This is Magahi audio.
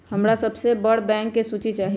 हमरा सबसे बड़ बैंक के सूची चाहि